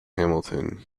hamilton